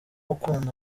ukunda